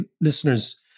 listeners